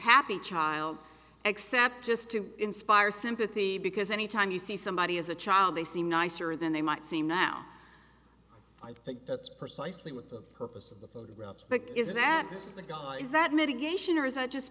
happy child except just to inspire sympathy because any time you see somebody as a child they seem nicer than they might seem now i think that's precisely what the purpose of the photographs pick is that this is the guy is that mitigation or is that just